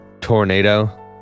tornado